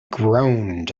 groaned